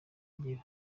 rigira